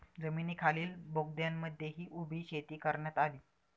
जमिनीखालील बोगद्यांमध्येही उभी शेती करण्यात आली